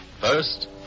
First